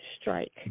strike